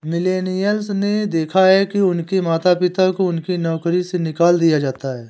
millennials ने देखा है कि उनके माता पिता को उनकी नौकरी से निकाल दिया जाता है